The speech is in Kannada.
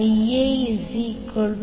3613